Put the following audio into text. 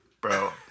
Bro